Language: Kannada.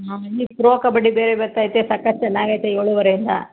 ಹ್ಞೂ ಇಲ್ಲಿ ಪ್ರೋ ಕಬಡ್ಡಿ ಬೇರೆ ಬರ್ತಾ ಐತೆ ಸಖತ್ತು ಚೆನ್ನಾಗೈತೆ ಏಳೂವರೆಯಿಂದ